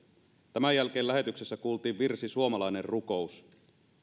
tämän jälkeen lähetyksessä kuultiin virsi suomalainen rukous